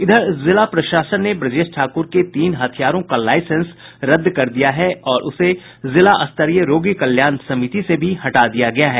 इधर जिला प्रशासन ने ब्रजेश ठाकुर के तीन हथियारों का लाईसेंस रद्द कर दिया है और उसे जिला स्तरीय रोगी कल्याण समिति से भी हटा दिया है